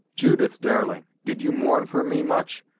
judith, darling, did you mourn for me much,